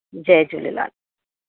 Jay Jhulelal